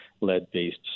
lead-based